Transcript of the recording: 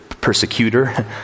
persecutor